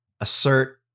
assert